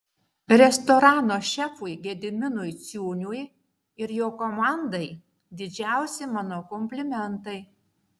restorano šefui gediminui ciūniui ir jo komandai didžiausi mano komplimentai